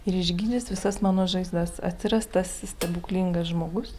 ir išgydys visas mano žaizdas atsiras tas stebuklingas žmogus